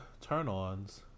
turn-ons